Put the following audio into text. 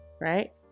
right